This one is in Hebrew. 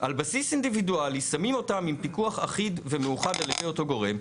על בסיס אינדיבידואלי שמים אותם עם פיקוח אחיד ומאוחד על ידי אותו גורם,